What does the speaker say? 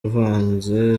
avanze